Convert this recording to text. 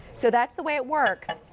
so that's the way it works.